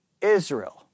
Israel